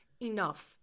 Enough